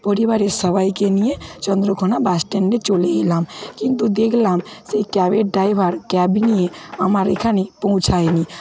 পরিবারের সবাইকে নিয়ে চন্দ্রকোনা বাসস্ট্যান্ডে চলে এলাম কিন্তু দেখলাম সেই ক্যাবের ড্রাইভার ক্যাব নিয়ে আমার এখানে পৌঁছায়নি